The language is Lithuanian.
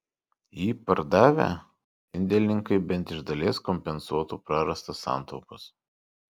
jį pardavę indėlininkai bent iš dalies kompensuotų prarastas santaupas